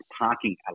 parking